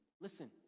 listen